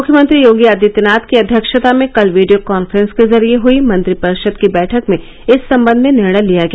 मुख्यमंत्री योगी आदित्यनाथ की अध्यक्षता में कल वीडियो कांफ्रॅस के जरिए हुई मंत्रिपरिषद की बैठक में इस संबंध में निर्णय लिया गया